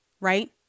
Right